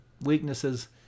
weaknesses